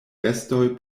bestoj